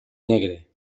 negre